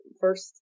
first